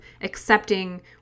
accepting